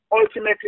ultimately